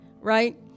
right